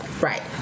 right